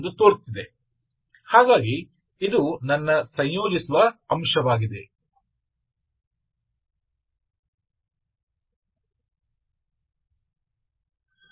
तो एकीकृत कारक क्या है